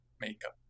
makeup